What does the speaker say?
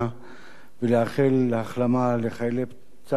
לאחל החלמה לחיילי צה"ל הפצועים,